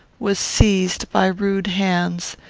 was seized by rude hands,